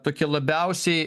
tokie labiausiai